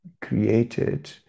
created